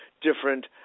different